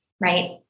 right